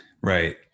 Right